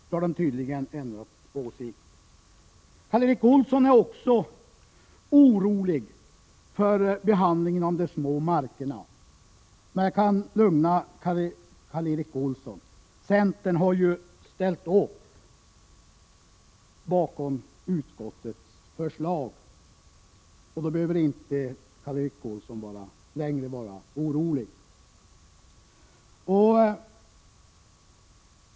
Nu har man tydligen ändrat åsikt. Karl Erik Olsson är också orolig för behandlingen av de mindre markägarna, men jag kan lugna honom på den punkten. Centern har ju ställt upp bakom utskottets förslag, och därför behöver inte Karl Erik Olsson längre vara orolig.